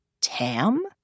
Tam